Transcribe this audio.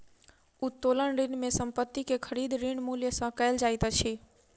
उत्तोलन ऋण में संपत्ति के खरीद, ऋण मूल्य सॅ कयल जाइत अछि